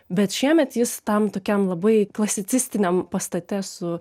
bet šiemet jis tam tokiam labai klasicistiniam pastate su